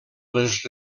les